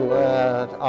let